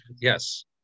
Yes